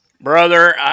Brother